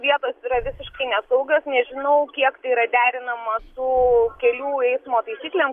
vietos yra visiškai nesaugios nežinau kiek tai yra derinama su kelių eismo taisyklėm